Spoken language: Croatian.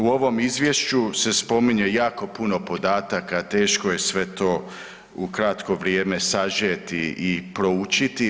U ovom izvješću se spominje jako puno podataka, teško je to sve u kratko vrijeme sažeti i proučiti.